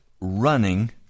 running